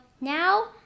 now